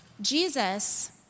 Jesus